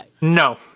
No